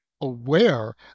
aware